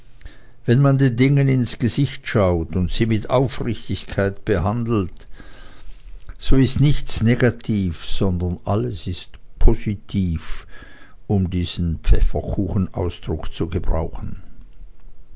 wenn man den dingen ins gesicht schaut und sie mit aufrichtigkeit behandelt so ist nichts negativ sondern alles ist positiv um diesen pfefferkuchenausdruck zu gebrauchen